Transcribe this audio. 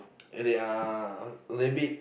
really uh rabbit